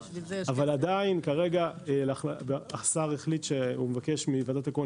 אבל כרגע השר החליט שהוא מבקש מוועדת הכהן